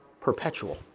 perpetual